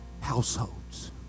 Households